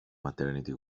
maternity